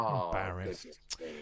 Embarrassed